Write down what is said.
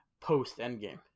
post-Endgame